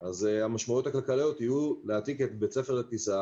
אז המשמעויות הכלכליות יהיו להעתיק את בית ספר לטיסה